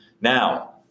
Now